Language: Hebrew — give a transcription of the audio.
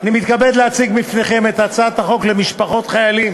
אני מתכבד להציג בפניכם את הצעת חוק משפחות חיילים